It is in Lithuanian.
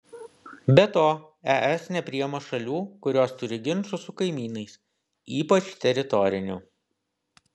be to es nepriima šalių kurios turi ginčų su kaimynais ypač teritorinių